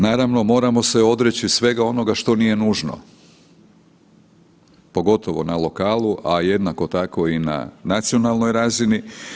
Naravno, moramo se odreći svega onoga što nije nužno, pogotovo na lokalu, a jednako tako i na nacionalnoj razini.